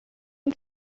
den